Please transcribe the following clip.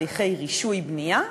הליכי רישוי בנייה,